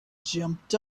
jumped